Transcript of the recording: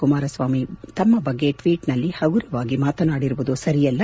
ಕುಮಾರಸ್ವಾಮಿ ತಮ್ಮ ಬಗ್ಗೆ ಮಾಡಿರುವ ಟ್ವೀಟ್ನಲ್ಲಿ ಹಗುರವಾಗಿ ಮಾತನಾಡಿರುವುದು ಸರಿಯಲ್ಲ